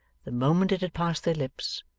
the moment it had passed their lips,